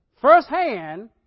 firsthand